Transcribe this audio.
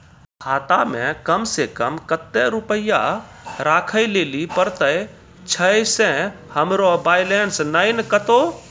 खाता मे कम सें कम कत्ते रुपैया राखै लेली परतै, छै सें हमरो बैलेंस नैन कतो?